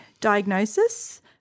Diagnosis